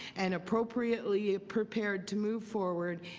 and appropriately ah prepared to move forward,